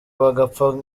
bagapfa